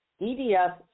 EDF